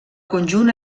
conjunt